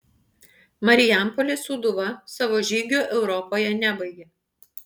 marijampolės sūduva savo žygio europoje nebaigė